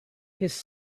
his